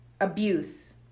Abuse